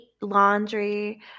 laundry